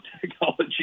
technology